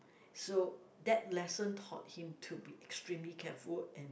so that lesson taught him to be extremely careful and